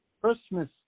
Christmas